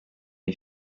iyi